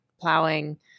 Plowing